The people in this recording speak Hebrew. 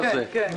למשל, כן.